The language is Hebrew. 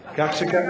כך,